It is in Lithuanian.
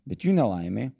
bet jų nelaimė